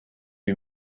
lui